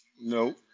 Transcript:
No